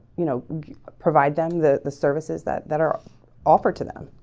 you know provide them the the services that that are offered to them